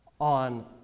on